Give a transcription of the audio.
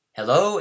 Hello